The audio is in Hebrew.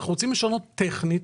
אתם רוצים לשנות טכנית,